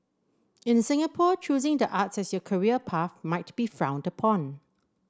in Singapore choosing the arts as your career path might be frowned upon